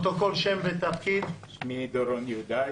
שמי דורון יהודה,